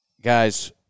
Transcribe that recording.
Guys